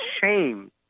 shame